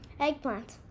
Eggplant